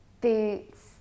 Boots